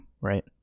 right